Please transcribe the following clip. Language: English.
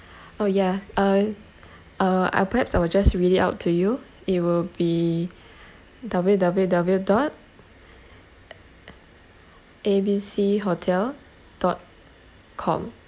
oh yeah uh uh I perhaps I will just read it out to you it will be W_W_W dot A B C hotel dot com